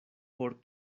por